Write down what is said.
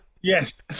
Yes